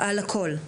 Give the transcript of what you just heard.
על הכול.